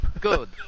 Good